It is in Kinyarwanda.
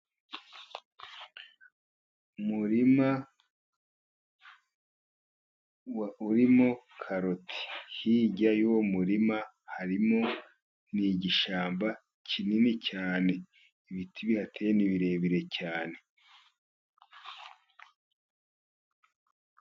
Umurima urimo karoti. Hirya y'uwo murima harimo igishyamba kinini cyane. Ibiti birateye ni birebire cyane.